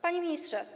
Panie Ministrze!